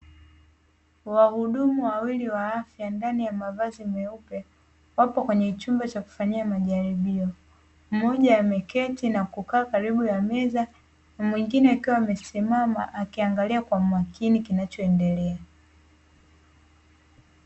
Wahudumu wawili wa afya ndani ya mavazi meupe, wapo kwenye chumba cha kufanyia majaribio, mmoja ameketi na kukaa karibu ya meza, na mwingine akiwa amesimama, akiangalia kwa makini kinachoendelea.